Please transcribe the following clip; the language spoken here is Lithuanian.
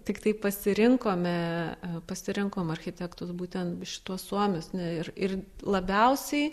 tiktai pasirinkome pasirinkom architektus būtent šituos suomius ir ir labiausiai